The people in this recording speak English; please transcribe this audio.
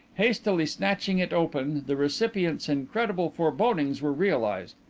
hastily snatching it open, the recipient's incredible forebodings were realized.